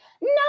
No